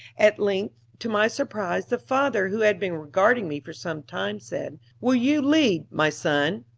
at length, to my surprise, the father, who had been regarding me for some time, said will you lead, my son?